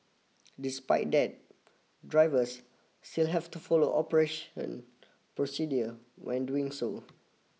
despite that drivers still have to follow operation procedure when doing so